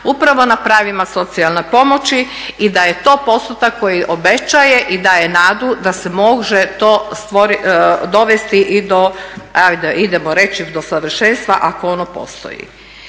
upravo na pravima socijalne pomoći i da je to postupak koji obećaje i daje nadu da se može to dovesti i do, ajde idemo reći do savršenstva ako ono postoji.